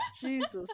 Jesus